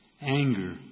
anger